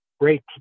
great